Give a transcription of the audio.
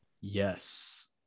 Yes